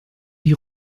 die